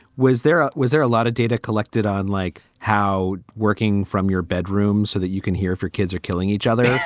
was there. ah was there a lot of data collected on like how working from your bedrooms so that you can hear if your kids are killing each other,